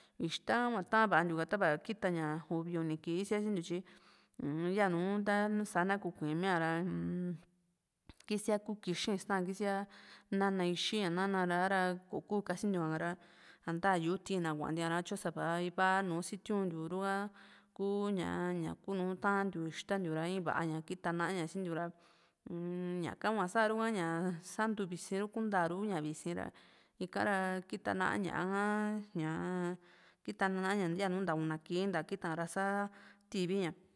ixta ha hua tavntiu ha tava kita ña uvi unu kii síasintiu tyi u-m yanu tasa na kukui miara kísia kú kixi istá kísia nana ixí´a nana ra ha´ra kò´o ku kasintiu´a kara sa´nta yu´u tina kuantí´ra satyó iva nu sitiuntiuru ha kuu ña ñakúnu tantiu ixta ntiura ii va´a ña kita na´a ña sintiu ra u-m ñaka huasaru ha ña santu visi ru kuntáru ña visi ra ikara kita náa ña´a ka ñaa kita na ña yanu nta una kii kita ña ra sá tivi ña